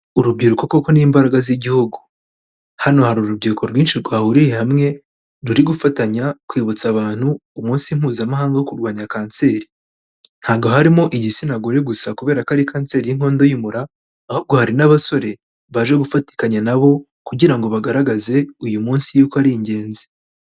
Urubyiruko koko nimbaraga z'igihugu. Hano hari urubyiruko rwinshi rwahuriye hamwe, ruri gufatanya kwibutsa abantu, umunsi mpuzamahanga wo kurwanya kanseri. Ntabwo harimo igitsina gore gusa kubera ko ari kanseri y'inkondo y'umura, ahubwo hari n'abasore baje gufatikanya na bo kugira ngo bagaragaze uyu munsi yuko ari ingenzi.